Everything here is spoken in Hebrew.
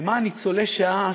למען ניצולי שואה,